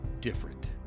different